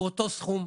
הוא אותו סכום.